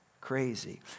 crazy